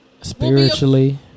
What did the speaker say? spiritually